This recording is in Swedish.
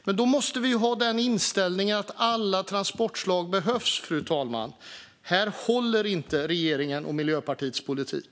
Men då måste vi ha inställningen att alla transportslag behövs. Här håller inte regeringens och Miljöpartiets politik.